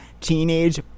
teenage